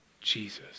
Jesus